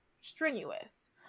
strenuous